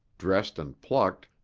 dressed and plucked,